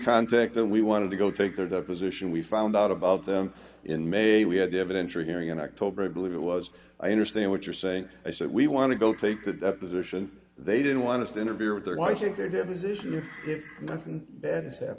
contact them we wanted to go take their deposition we found out about them in may we had evidence or hearing in october i believe it was i understand what you're saying i said we want to go take the deposition they didn't want us to interfere with their watching their depositions if nothing bad